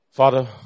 Father